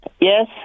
Yes